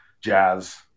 jazz